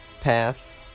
path